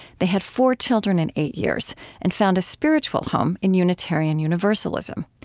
they had four children in eight years and found a spiritual home in unitarian universalism.